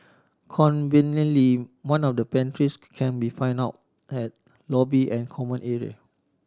conveniently one of the pantries can be found out at lobby and common area